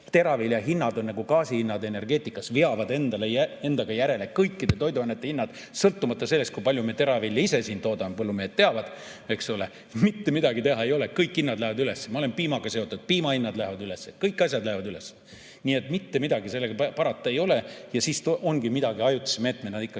teravilja hinnad on nagu gaasi hinnad energeetikas, mis veavad endaga kaasa kõikide toiduainete hinnad, sõltumata sellest, kui palju me teravilja ise siin kasvatame. Põllumehed teavad, eks ole. Mitte midagi teha ei ole, kõik hinnad lähevad üles. Ma olen piimaga seotud, piima hinnad lähevad üles, kõik hinnad lähevad üles. Ja mitte midagi parata ei ole. Ja siis ongi midagi ajutise meetmena ikkagi